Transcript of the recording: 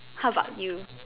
how about you